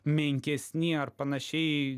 menkesni ar panašiai